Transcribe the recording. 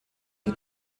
die